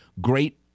great